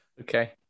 okay